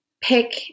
pick